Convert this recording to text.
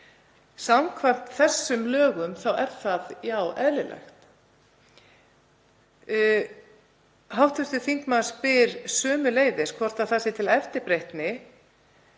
Samkvæmt þessum lögum er það, já, eðlilegt. Hv. þingmaður spyr sömuleiðis hvort það sé til eftirbreytni